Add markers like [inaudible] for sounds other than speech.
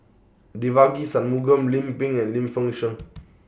Devagi Sanmugam Lim Pin and Lim Fei Shen [noise]